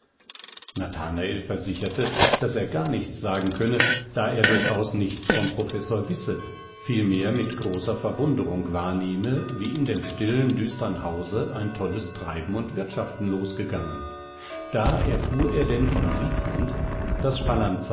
nathanael versicherte daß er gar nichts sagen könne da er durchaus nichts vom professor wisse vielmehr mit großer verwunderung wahrnehme wie in dem stillen düstern hause ein tolles treiben und wirtschaften losgegangen da erfuhr er denn von siegmund daß